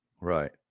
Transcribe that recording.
right